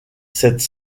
cette